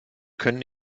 können